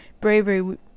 bravery